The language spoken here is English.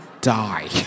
die